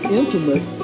intimate